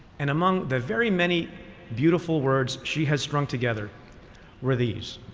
and among the very many beautiful words she has strung together were these